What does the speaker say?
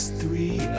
three